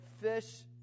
fish